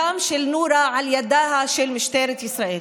הדם של נורה על ידה של משטרת ישראל.